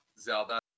Zelda